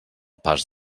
pas